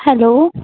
hello